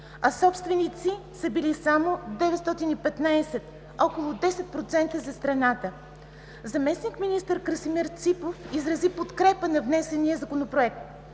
а собственици са били само 915 – около 10% за страната. Заместник-министър Красимир Ципов изрази подкрепа на внесения Законопроект.